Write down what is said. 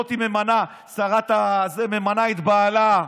שרה ממנה את בעלה.